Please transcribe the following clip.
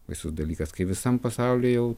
baisus dalykas kai visam pasauly jau